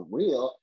real